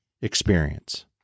experience